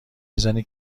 میزنه